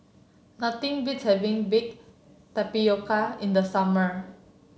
nothing beats having Baked Tapioca in the summer